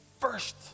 first